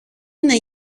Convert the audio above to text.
είναι